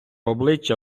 обличчя